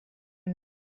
know